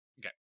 Okay